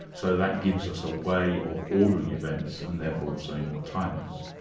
so that gives us a way of ordering events and therefore of saying what time is.